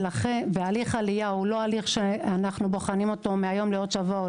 הליך עלייה אינו הליך שאנו בוחנים אותו מהיום לעוד שבוע או